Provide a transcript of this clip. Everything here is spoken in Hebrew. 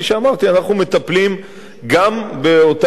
אנחנו מטפלים גם באותם נושאים.